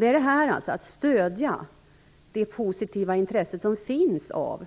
Det är detta, att stödja det positiva intresse som finns för